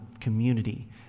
community